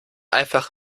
einfach